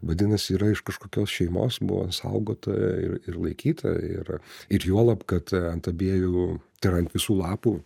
vadinasi yra iš kažkokios šeimos buvo saugota ir ir laikyta ir ir juolab kad ant abiejų ir ant visų lapų